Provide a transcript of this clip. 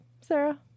Sarah